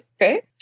Okay